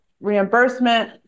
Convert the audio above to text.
reimbursement